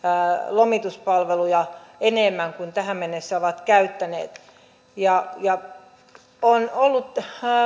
lomituspalveluja enemmän kuin tähän mennessä ovat käyttäneet tällä on